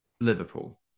Liverpool